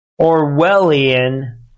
Orwellian